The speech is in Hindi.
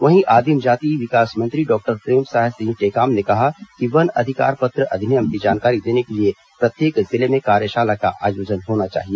वहीं आदिम जाति विकास मंत्री डॉक्टर प्रेमसाय सिंह टेकाम ने कहा कि वन अधिकार पत्र अधिनियम की जानकारी देने के लिए प्रत्येक जिले में कार्यशाला का आयोजन होना चाहिए